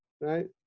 right